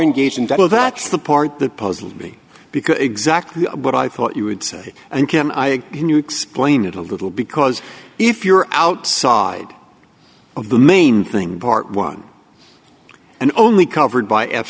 well that's the part that puzzles me because exactly what i thought you would say and can i can you explain it a little because if you're outside of the main thing part one and only covered by f